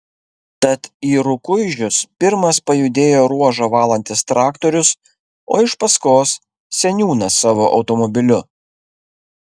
tad į rukuižius pirmas pajudėjo ruožą valantis traktorius o iš paskos seniūnas savo automobiliu